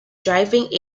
driving